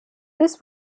this